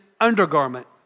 undergarment